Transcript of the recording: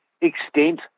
extent